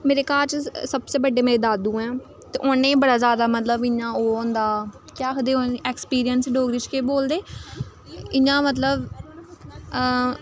मेरे घर च सबसे बड्डे मेरे दादू ऐं ते उ'नेंगी बड़ा जैदा मतलब इ'यां ओह् होंदा केह् आखदे एक्सपीरियंस डोगरी च केह् बोलदे इ'यां मतलब